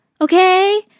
okay